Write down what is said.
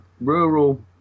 rural